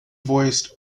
voiced